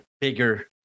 bigger